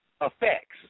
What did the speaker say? effects